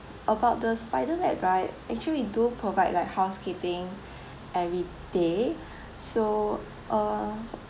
about the spider web right actually we do provide like housekeeping everyday so uh